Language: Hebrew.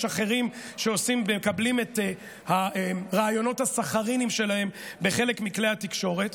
יש אחרים שעושים ומקבלים את הראיונות הסכריניים בחלק מכלי התקשורת.